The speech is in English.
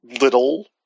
little